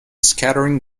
scattering